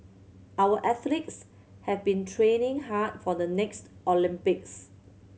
our athletes have been training hard for the next Olympics